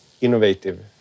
innovative